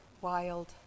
wild